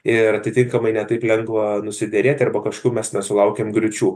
ir atitinkamai ne taip lengva nusiderėti arba kažkių mes nesulaukėm griūčių